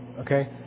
Okay